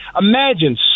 Imagine